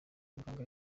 muganga